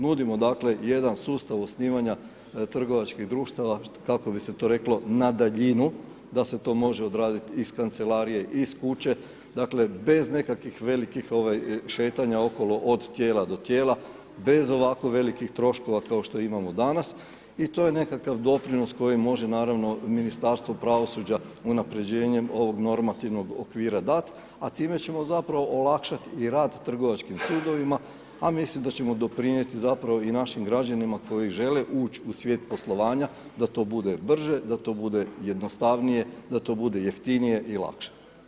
Nudimo dakle, jedan sustav osnivanja trgovačkih društava kako bi se to reklo na daljinu, da se to može odradit' iz kancelarije, iz kuće, dakle, bez nekakvih velikih šetanja okolo od Tijela do Tijela, bez ovako velikih troškova kao što imamo danas, i to je nekakav doprinos koji može naravno, Ministarstvo pravosuđa unapređenjem ovog normativnog okvira dat', a time ćemo zapravo olakšat i rad Trgovačkim sudovima, a mislim da ćemo doprinjet, zapravo i našim građanima koji žele uć' u svijet poslovanja, da to bude brže, da to bude jednostavnije, da to bude jeftinije i lakše.